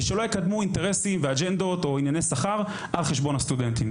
ושלא יקדמו אינטרסים ואג'נדות או ענייני שכר על חשבון הסטודנטים.